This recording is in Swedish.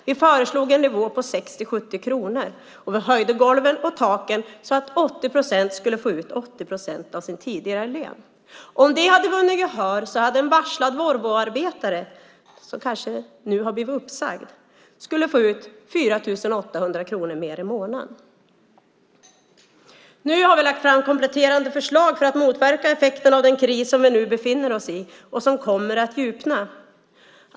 Vi föreslog en nivå på 60-70 kronor, och vi höjde golven och taken så att 80 procent skulle få ut 80 procent av sin tidigare lön. Om det hade vunnit gehör skulle en varslad Volvoarbetare, som nu kanske har blivit uppsagd, få ut 4 800 kronor mer i månaden. Nu har vi lagt fram kompletterande förslag för att motverka effekterna av den kris som vi nu befinner oss i och som kommer att djupna.